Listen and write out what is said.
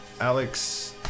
Alex